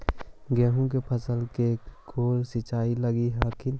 गेहूं के फसल मे के गो सिंचाई लग हय?